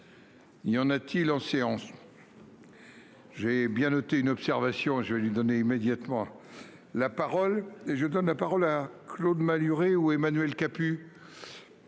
y en a-t-il en séance. J'ai bien noté une observation, je vais lui donner immédiatement la parole et je donne la parole à Claude Malhuret où Emmanuel Capus.